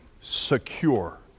secure